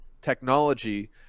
technology